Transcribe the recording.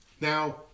Now